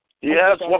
Yes